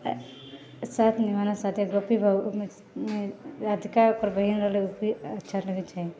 साथ निभाना साथिया गोपी बहू ओहिमे राधिका ओकर बहिन रहलै ओ भी अच्छा लगै छै